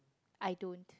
I don't